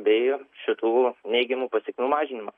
bei šitų neigiamų pasekmių mažinimą